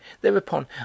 thereupon